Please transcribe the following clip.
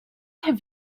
have